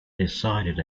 decided